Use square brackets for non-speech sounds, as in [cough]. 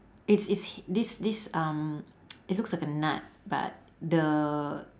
it's it's this this um [noise] it looks like a nut but the